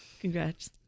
Congrats